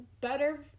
better